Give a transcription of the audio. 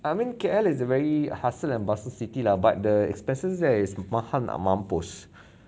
I mean K_L is a very hustle and bustle city lah but the expenses there is mahal nak mampus